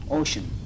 ocean